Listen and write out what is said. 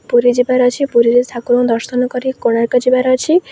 ପୁରୀ ଯିବାର ଅଛି ପୁରୀରେ ଠାକୁରଙ୍କୁ ଦର୍ଶନ କରି କୋଣାର୍କ ଯିବାର ଅଛି